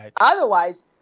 Otherwise